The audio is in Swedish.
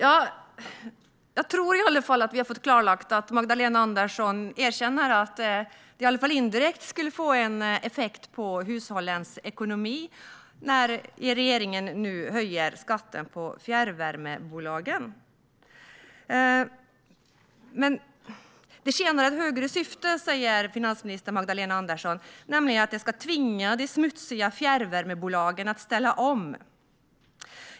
Herr talman! Jag tror att vi har fått klarlagt att Magdalena Andersson erkänner att det i alla fall indirekt skulle få effekt på hushållens ekonomi när regeringen nu höjer skatten för fjärrvärmebolagen. Finansminister Magdalena Andersson säger att det tjänar ett högre syfte. Det ska nämligen tvinga de smutsiga fjärrvärmebolagen att ställa om.